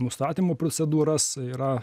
nustatymo procedūras yra